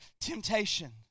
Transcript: temptation